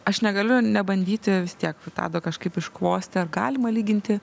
aš negaliu nebandyti vis tiek tado kažkaip iškvosti ar galima lyginti